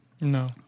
No